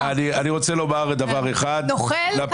אבל העיקר,